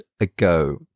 ago